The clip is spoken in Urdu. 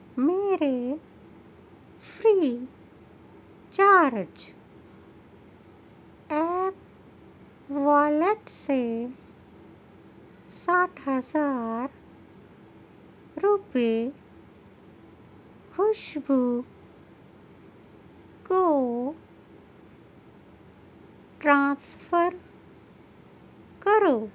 میرے فری چارج ایپ والیٹ سے ساٹھ ہزار روپے خوشبو کو ٹرانسفر کرو